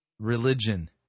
religion